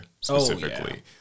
specifically